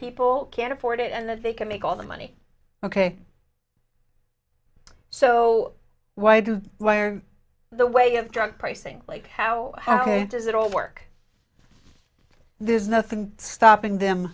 people can afford it and they can make all the money ok so why do why are the way a drug pricing like how does it all work there's nothing stopping them